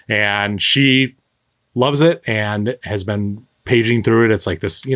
and she loves it and has been paging through it. it's like this.